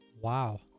Wow